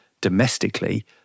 domestically